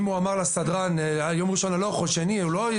אם הוא יאמר לסדרן שביום ראשון או שני הוא לא יכול,